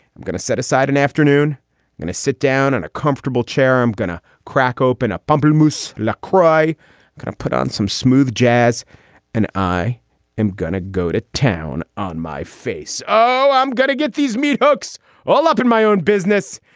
i'm gonna set aside an afternoon and sit down in and a comfortable chair. i'm gonna crack open a pumpkin mousse. lancry kind of put on some smooth jazz and i am gonna go to town on my face oh, i'm gonna get these meat hooks all up in my own business.